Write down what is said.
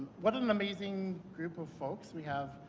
what an amazing group of folks we have